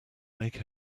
make